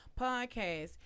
podcast